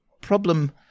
problem